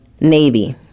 Navy